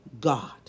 God